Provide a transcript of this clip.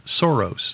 Soros